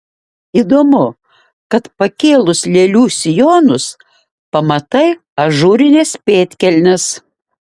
įdomu kad pakėlus lėlių sijonus pamatai ažūrines pėdkelnes